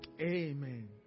amen